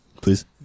Please